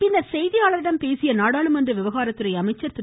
பின்னர் செய்தியாளரிடம் பேசிய நாடாளுமன்ற விவகாரத்துறை அமைச்சர் திரு